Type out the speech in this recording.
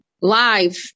live